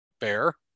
Bear